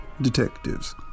detectives